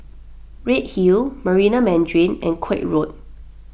Redhill Marina Mandarin and Koek Road